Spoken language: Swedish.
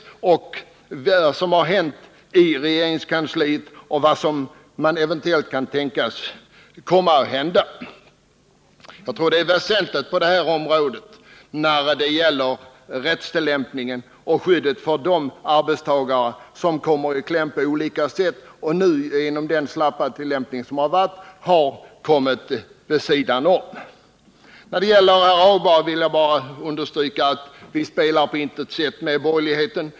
Jag skulle vilja veta vad som gjorts i den här frågan i regeringskansliet och vad som eventuellt kommer att göras. Jag tror att det är väsentligt att vi får ett klarläggande besked i fråga om rättstillämpningen på det här området, som gäller skyddet för de arbetstagare som kommer i kläm på olika sätt och som genom den slappa tillämpning som hittills förevarit hamnat vid sidan om rättstillämpningssystemet. När det gäller det som herr Hagberg anförde om socialdemokraternas roll i detta sammanhang vill jag bara säga att vi på intet sätt samarbetar med borgerligheten.